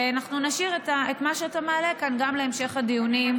ואנחנו נשאיר את מה שאתה מעלה כאן גם להמשך הדיונים,